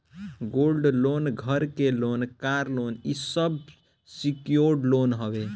gold loan, घर के loan, car loan इ सब सिक्योर्ड लोन हवे